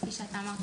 כפי שאתה אמרת,